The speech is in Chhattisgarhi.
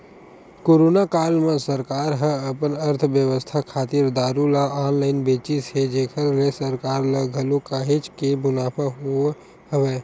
कोरोना काल म सरकार ह अपन अर्थबेवस्था खातिर दारू ल ऑनलाइन बेचिस हे जेखर ले सरकार ल घलो काहेच के मुनाफा होय हवय